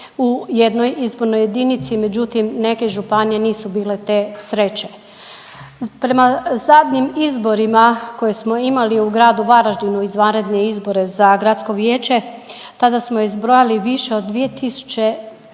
u jednoj izbornoj jedinici, međutim neke županije nisu bile te sreće. Prema zadnjim izborima koje smo imali u gradu Varaždinu, izvanredne izbore za gradsko vijeće tada smo izbrojali više od 2